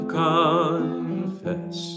confess